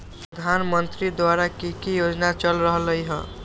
प्रधानमंत्री द्वारा की की योजना चल रहलई ह?